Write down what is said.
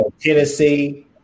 Tennessee